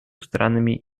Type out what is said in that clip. странами